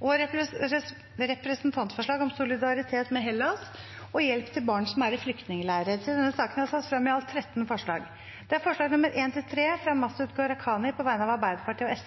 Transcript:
og Rødt har varslet støtte til forslagene. Under debatten er det satt frem i alt 13 forslag. Det er forslagene nr. 1–3, fra Masud Gharahkhani på vegne av Arbeiderpartiet og